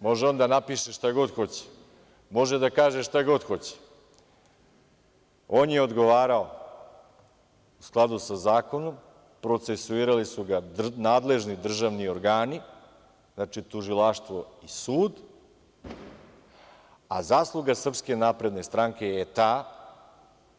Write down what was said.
Može on da napiše šta god hoće, može da kaže šta god hoće, on je odgovarao u skladu sa zakonom, procesuirali su ga nadležni državni organi, znači tužilaštvo i sud, a zasluga SNS je ta